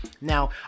Now